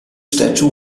statue